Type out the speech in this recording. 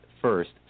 first